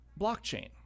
blockchain